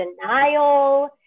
denial